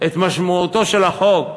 את משמעותו של החוק,